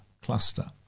Cluster